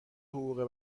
حقوق